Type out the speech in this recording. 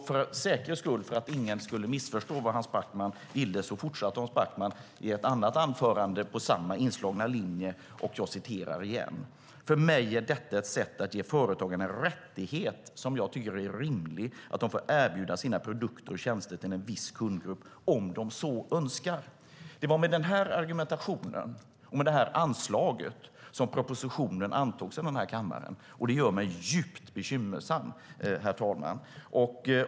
För säkerhets skull, för att ingen skulle missförstå vad Hans Backman ville, fortsatte han i ett annat anförande på samma inslagna linje: "För mig är detta ett sätt att ge företagen en rättighet som jag tycker är rimlig, att de får erbjuda sina produkter och tjänster till en viss kundgrupp om de så önskar." Det var med denna argumentation och detta anslag som propositionen antogs i denna kammare. Det gör mig djupt bekymrad, herr talman.